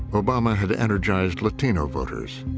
obama had energized latino voters.